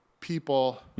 People